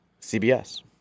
CBS